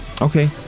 Okay